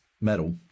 metal